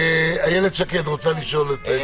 איילת שקד רוצה לשאול.